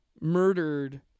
murdered